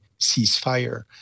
ceasefire